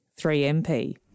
3MP